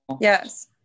yes